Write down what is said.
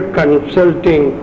consulting